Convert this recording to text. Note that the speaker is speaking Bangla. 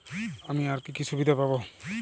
আমি আর কি কি সুবিধা পাব?